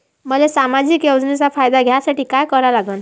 मले सामाजिक योजनेचा फायदा घ्यासाठी काय करा लागन?